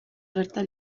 gerta